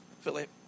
Philip